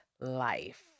life